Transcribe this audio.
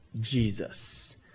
Jesus